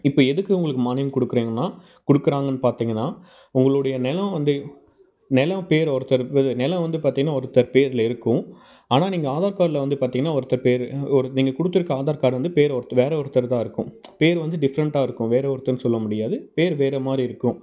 இப்போ எதுக்கு உங்களுக்கு மானியம் கொடுக்கீறாங்கன்னா கொடுக்குறாங்கன்னு பார்த்தீங்கன்னா உங்களுடைய நிலம் வந்து நிலம் பேர் ஒருத்தருக்கு நிலம் வந்து பார்த்தீங்கன்னா ஒருத்தர் பேரில் இருக்கும் ஆனால் நீங்கள் ஆதார் கார்டில் வந்து பார்த்தீங்கன்னா ஒருத்தர் பேர் ஒரு நீங்கள் கொடுத்துருக்க ஆதார் கார்டு வந்து பேரு ஒருத் வேறு ஒருத்தருதாக இருக்கும் பேர் வந்து டிஃப்ரெண்டாக இருக்கும் வேறு ஒருத்தர்ன்னு சொல்ல முடியாது பேர் வேறு மாதிரி இருக்கும்